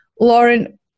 Lauren